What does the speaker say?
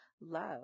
love